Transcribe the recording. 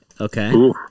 okay